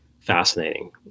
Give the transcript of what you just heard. fascinating